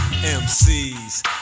MC's